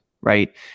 right